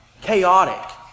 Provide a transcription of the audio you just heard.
chaotic